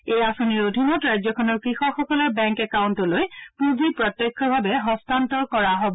এই আঁচনিৰ অধীনত ৰাজ্যখনৰ কৃষকসকলৰ বেংক একাউণ্টলৈ পূঁজি প্ৰত্যক্ষভাৱে হস্তান্তৰ কৰা হ'ব